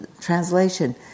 translation